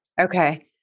Okay